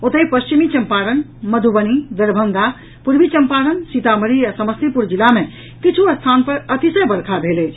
ओतहि पश्चिमी चंपारण मध्यबनी दरभंगा पूर्वी चंपारण सीतामढ़ी आ समस्तीपुर जिला मे किछु स्थान पर अतिशय वर्षा भेल अछि